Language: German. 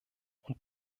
und